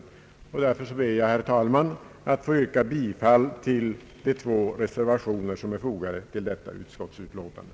Jag ber därför, herr talman, att få yrka bifall till de två reservationer som är fogade till detta utskottsutlåtande.